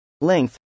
length